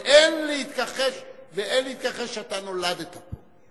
ואין להתכחש שאתה נולדת פה.